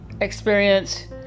experience